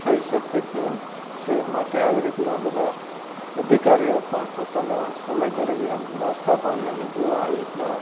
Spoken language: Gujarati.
થઈ શકે તેમ છે માટે આવી રીતના બધા અધિકારીઓ પણ પોતાના સમય દરમિયાન નાસ્તા પાણી અને જો આવી રીતના